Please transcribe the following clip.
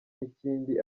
n’ikindi